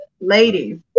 Ladies